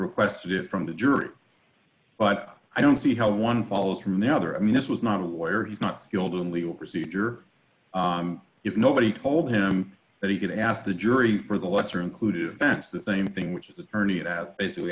requested it from the jury but i don't see how one follows from the other i mean this was not a lawyer he's not skilled in legal procedure if nobody told him that he could ask the jury for the lesser included offense the same thing which is attorney that